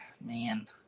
Man